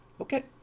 Okay